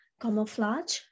camouflage